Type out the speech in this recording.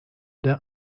der